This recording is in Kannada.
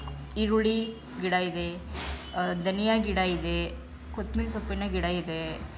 ಈರುಳ್ಳಿ ಗಿಡ ಇದೆ ಧನಿಯಾ ಗಿಡ ಇದೆ ಕೊತ್ತಂಬರಿ ಸೊಪ್ಪಿನ ಗಿಡ ಇದೆ